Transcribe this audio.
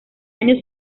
año